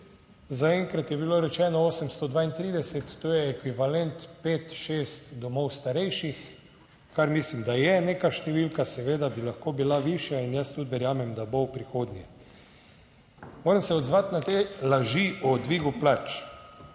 Zaenkrat je bilo rečeno 832, to je ekvivalent pet, šest domov starejših, kar mislim, da je neka številka, seveda bi lahko bila višja, in jaz tudi verjamem, da bo v prihodnje. Moram se odzvati na te laži o dvigu plač.